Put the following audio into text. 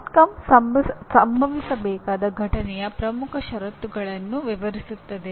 ಪರಿಣಾಮ ಸಂಭವಿಸಬೇಕಾದ ಘಟನೆಯ ಪ್ರಮುಖ ಷರತ್ತುಗಳನ್ನು ವಿವರಿಸುತ್ತದೆ